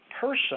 person